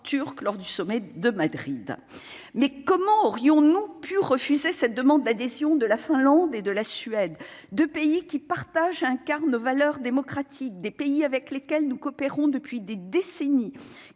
turcs lors du sommet de Madrid mais comment aurions-nous pu refuser cette demande d'adhésion de la Finlande et de la Suède, 2 pays qui partagent un car nos valeurs démocratiques des pays avec lesquels nous coopérons depuis des décennies